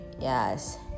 Yes